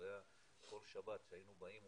כל שבת שהיינו באים,